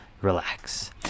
relax